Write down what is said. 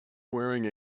wearing